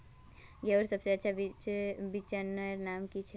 गेहूँर सबसे अच्छा बिच्चीर नाम की छे?